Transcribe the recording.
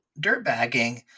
dirtbagging